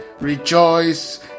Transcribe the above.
Rejoice